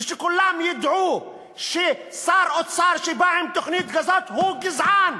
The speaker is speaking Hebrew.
ושכולם ידעו ששר אוצר שבא עם תוכנית כזאת הוא גזען.